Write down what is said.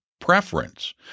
preference